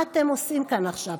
מה אתם עושים כאן עכשיו?